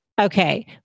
Okay